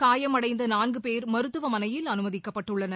காயமடைந்த நான்கு பேர் மருத்துவனையில் அனுமதிக்கப்பட்டுள்ளனர்